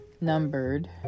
numbered